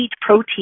protein